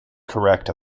correct